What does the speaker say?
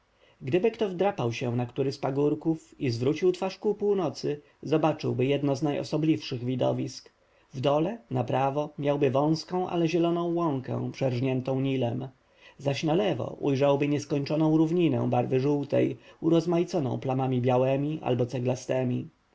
gdyby kto wdrapał się na który z pagórków i zwrócił twarz ku północy zobaczyłby jedno z najosobliwszych zjawisk w dole na prawo miałby wąską ale zieloną łąkę przerżniętą nilem zaś na lewo ujrzałby nieskończoną równinę barwy żółtej urozmaiconą plamami białemi albo ceglastemi